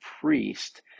priest